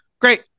Great